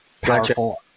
powerful